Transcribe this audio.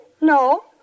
No